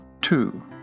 two